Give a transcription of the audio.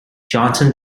johnson